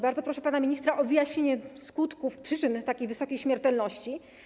Bardzo proszę pana ministra o wyjaśnienie skutków przyczyn takiej wysokiej śmiertelności.